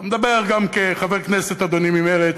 אני מדבר גם כחבר כנסת, אדוני, ממרצ,